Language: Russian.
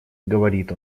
говорит